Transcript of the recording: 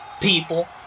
people